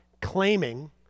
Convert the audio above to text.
claiming